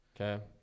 Okay